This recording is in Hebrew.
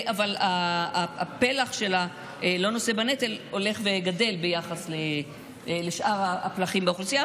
אבל הפלח שלא נושא בנטל הולך וגדל ביחס לשאר הפלחים באוכלוסייה.